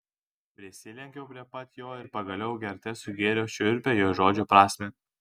prisilenkiau prie pat jo ir pagaliau gerte sugėriau šiurpią jo žodžių prasmę